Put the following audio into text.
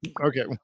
okay